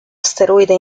asteroide